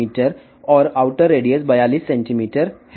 మీ మరియు బయటి వ్యాసార్థం 42 సెం